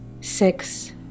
Six